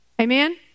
Amen